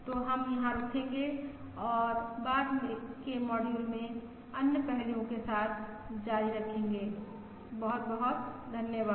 तो हम यहां रुकेंगे और बाद के मॉड्यूल में अन्य पहलुओं के साथ जारी रखेंगे बहुत बहुत धन्यवाद